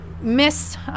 miss